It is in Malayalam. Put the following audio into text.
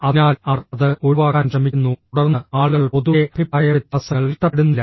അതിനാൽ അവർ അത് ഒഴിവാക്കാൻ ശ്രമിക്കുന്നു തുടർന്ന് ആളുകൾ പൊതുവെ അഭിപ്രായവ്യത്യാസങ്ങൾ ഇഷ്ടപ്പെടുന്നില്ല